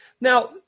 Now